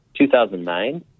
2009